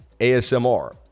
ASMR